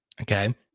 Okay